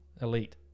Elite